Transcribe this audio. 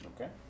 Okay